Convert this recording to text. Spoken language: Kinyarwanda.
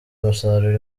umusaruro